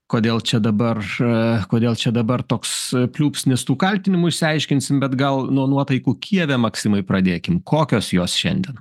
kodėl čia dabar kodėl čia dabar toks pliūpsnis tų kaltinimų išsiaiškinsim bet gal nuo nuotaikų kijeve maksimai pradėkim kokios jos šiandien